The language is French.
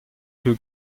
que